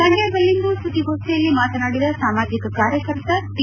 ಮಂಡ್ಕದಲ್ಲಿಂದು ಸುದ್ದಿಗೋಷ್ಠಿಯಲ್ಲಿ ಮಾತನಾಡಿದ ಸಾಮಾಜಿಕ ಕಾರ್ಚಕರ್ತ ಟಿ